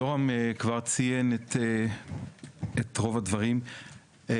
יורם כבר ציין את רוב הדברים,